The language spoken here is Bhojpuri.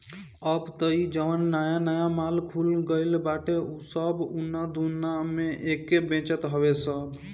अब तअ इ जवन नया नया माल खुल गईल बाटे उ सब उना दूना में एके बेचत हवे सब